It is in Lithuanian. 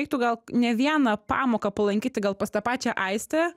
reiktų gal ne vieną pamoką palankyti gal pas tą pačią aistę